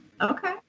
Okay